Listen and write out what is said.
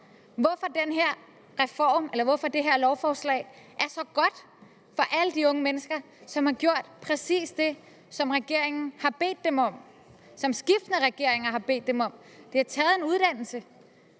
hvorfor det her lovforslag er så godt for alle de unge mennesker, som har gjort præcis det, som regeringen har bedt dem om, som skiftende regeringer har bedt dem om? De har taget en uddannelse,